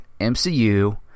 MCU